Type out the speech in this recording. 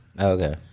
Okay